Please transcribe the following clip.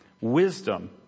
Wisdom